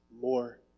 more